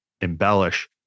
Embellish